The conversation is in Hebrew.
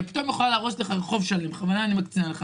היא פתאום יכולה להרוס רחוב שלם בכוונה אני מקצינה.